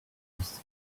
post